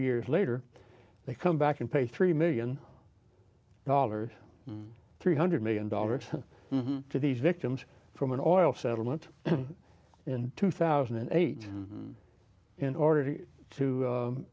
years later they come back and pay three million dollars dollars three hundred million dollars to these victims from an oil settlement in two thousand and eight in order to